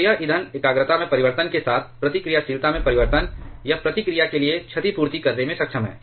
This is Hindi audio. तो यह ईंधन एकाग्रता में परिवर्तन के साथ प्रतिक्रियाशीलता में परिवर्तन या प्रतिक्रिया के लिए क्षतिपूर्ति करने में सक्षम है